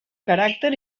caràcter